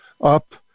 up